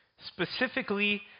specifically